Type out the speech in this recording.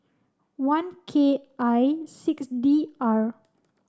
one K I six D R